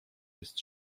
jest